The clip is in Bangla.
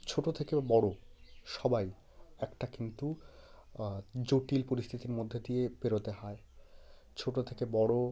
ছোট থেকে বড়ো সবাই একটা কিন্তু জটিল পরিস্থিতির মধ্যে দিয়ে পেরতে হয় ছোট থেকে বড়ো